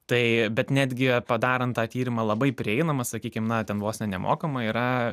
tai bet netgi padarant tą tyrimą labai prieinamą sakykim na ten vos ne nemokamai yra